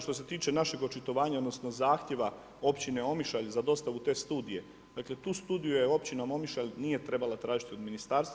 Što se tiče našeg očitovanja odnosno zahtjeva općine Omišalj za dostavu te studije, dakle tu studiju je općina Omišalj nije trebala tražiti od Ministarstva.